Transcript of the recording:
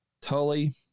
Tully